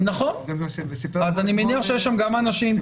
זה בגלל שהם --- אני מניח שיש שם גם אנשים עם